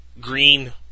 green